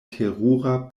terura